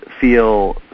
feel